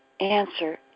answer